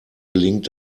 gelingt